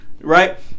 Right